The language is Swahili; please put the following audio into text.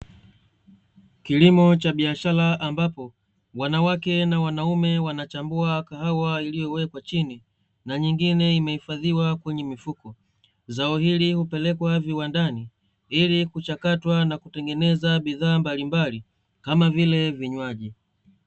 Kilimo cha biashara, ambapo wanawake na wanaume wanachambua kahawa iliyowekwa chini, na nyingine imehifadhiwa kwenye mifuko. Zao hili hupelekwa viwandani, ili kuchakatwa na kutengenezwa bidhaa mbalimbali kama vile vinywaji.